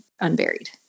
unburied